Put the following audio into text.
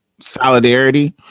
solidarity